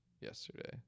yesterday